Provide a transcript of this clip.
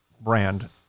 brand